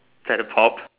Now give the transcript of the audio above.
zip the pop